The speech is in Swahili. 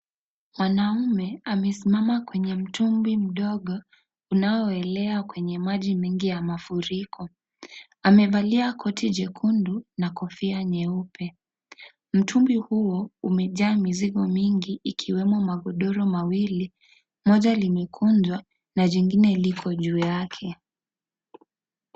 Mwanaume amesimama kwenye mtumbwi mdogo unaoelea kwenye maji mengi ya mafuriko. Amevalia koti jekundu na kofia nyeupe. Mtumbi huo umejaa mizigo mingi, ikiwemo magodoro mawili. Moja limekunjwa na jingine liko juu yake.